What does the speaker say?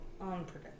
unpredictable